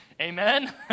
amen